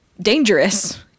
dangerous